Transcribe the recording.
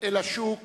אל השוק